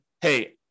hey